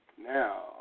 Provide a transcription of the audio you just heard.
now